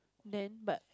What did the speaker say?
then but